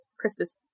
Christmas